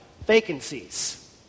vacancies